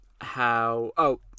how—oh